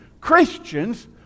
Christians